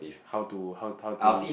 how to how how to